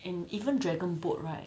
and even dragon boat right